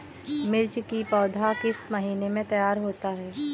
मिर्च की पौधा किस महीने में तैयार होता है?